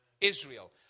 Israel